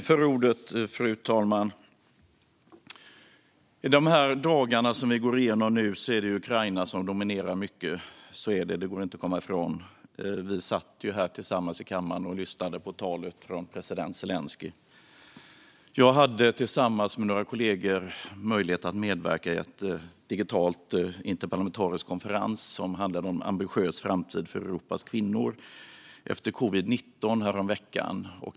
Fru talman! I de dagar vi nu går igenom är det Ukraina som dominerar. Så är det; det går inte att komma ifrån. Vi satt ju här tillsammans i kammaren och lyssnade på talet från president Zelenskyj. Jag hade häromveckan tillsammans med några kollegor möjlighet att medverka i en digital interparlamentarisk konferens som handlade om en ambitiös framtid för Europas kvinnor efter covid-19.